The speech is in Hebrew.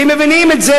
כי הם מבינים את זה,